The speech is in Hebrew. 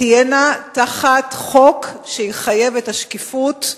תהיינה תחת חוק שיחייב את השקיפות,